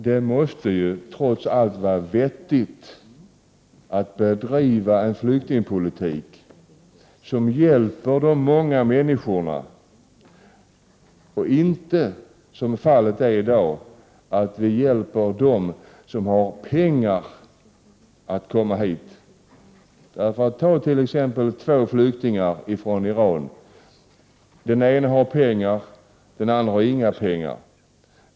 Det måste trots allt vara vettigt att bedriva en flyktingpolitik som hjälper de många människorna — inte som fallet är i dag hjälper dem som har pengar. Vi har t.ex. två flyktingar från Iran. Den ena har pengar, och den andra har inga pengar.